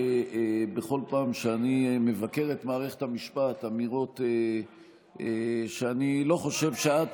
בכל פעם שאני מבקר את מערכת המשפט יש אמירות שאני לא חושב שאת היית,